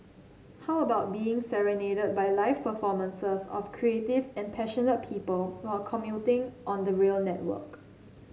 how about being serenaded by live performances of creative and passionate people while commuting on the rail network